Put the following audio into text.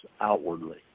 outwardly